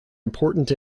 important